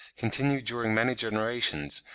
continued during many generations,